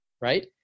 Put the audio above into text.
right